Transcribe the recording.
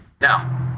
Now